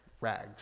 rags